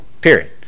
period